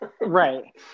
Right